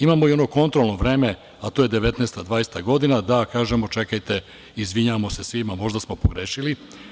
Imamo i ono kontrolno vreme, a to je 19, 20 godina, da kažemo – čekajte, izvinjavamo se svima, možda smo pogrešili.